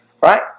right